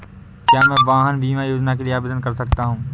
क्या मैं वाहन बीमा योजना के लिए आवेदन कर सकता हूँ?